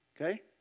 okay